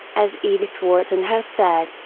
as edith wharton has said,